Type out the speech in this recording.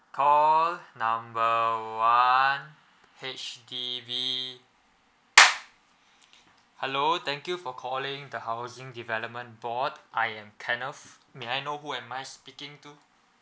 call number one H_D_B hello thank you for calling the housing development board I am kenneth may I know who am I speaking to